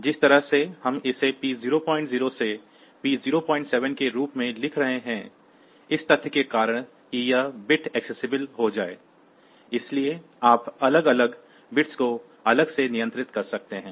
जिस तरह से हम इसे P00 से P07 के रूप में लिख रहे हैं इस तथ्य के कारण कि यह हो जाये इसलिए आप अलग अलग बिट्स को अलग से नियंत्रित कर सकते हैं